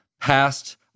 past